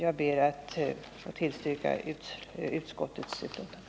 Jag ber att få yrka bifall till utskottets hemställan.